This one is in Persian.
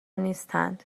نیستند